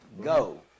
go